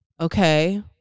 okay